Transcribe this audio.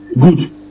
Good